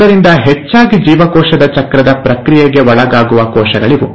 ಆದ್ದರಿಂದ ಹೆಚ್ಚಾಗಿ ಜೀವಕೋಶದ ಚಕ್ರದ ಪ್ರಕ್ರಿಯೆಗೆ ಒಳಗಾಗುವ ಕೋಶಗಳಿವು